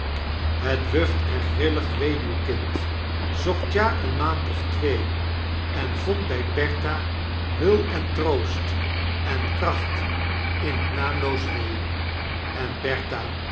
het wuft en grillig weduwkind zocht ja een maand of twee en vond bg bertha heul en troost en kracht in t naamloos wee en